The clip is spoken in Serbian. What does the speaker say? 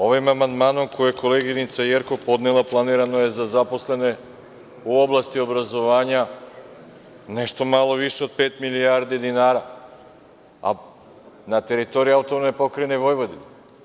Ovim amandmanom koji je koleginica Jerkov podnela, planirano je za zaposlene u oblasti obrazovanja nešto malo više od pet milijardi dinara, na teritoriji AP Vojvodine.